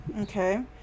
Okay